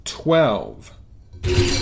twelve